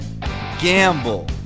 Gamble